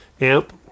amp